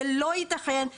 זה לא ייתכן.